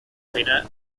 final